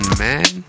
man